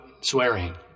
swearing